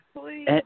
please